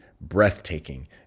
breathtaking